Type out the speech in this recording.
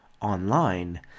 online